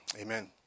Amen